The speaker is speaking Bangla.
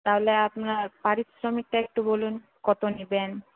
তাহলে আপনার পারিশ্রমিকটা একটু বলুন কত নেবেন